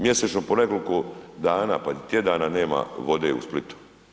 Mjesečno po nekoliko dana pa i tjedana nema vode u Splitu.